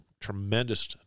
tremendous